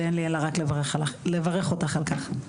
ואין לי אלא רק לברך אותך על כך.